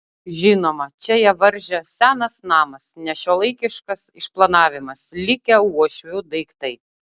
žinoma čia ją varžė senas namas nešiuolaikiškas išplanavimas likę uošvių daiktai